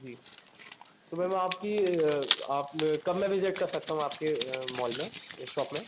जी तो मैम आपकी आप मैं कब मैं विज़िट कर सकता हूँ आपके मॉल में या शॉप में